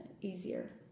easier